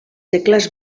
tecles